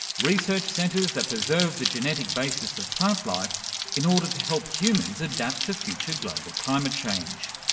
research centres that preserve the genetic basis of plant life in order to help humans adapt to future global climate change.